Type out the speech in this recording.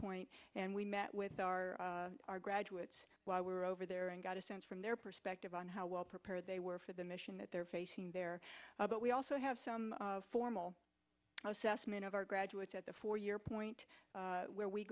point and we met with our graduates while we were over there and got a sense from their perspective on how well prepared they were for the mission that they're facing there but we also have some formal assessment of our graduates at the four year point where we